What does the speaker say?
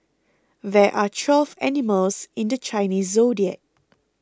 there are twelve animals in the Chinese zodiac